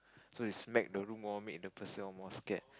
so they smack the room all make the person more scared